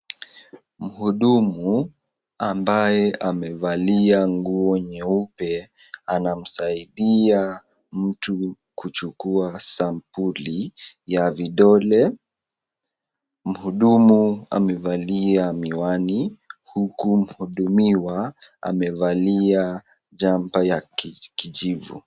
Mhudumu ambaye amevalia nguo nyeupe anamsaidia mtu kuchukua sampoli ya vidole, mhudumu amevalia miwani huku mhudumiwa amevalia jamper ya kijivu.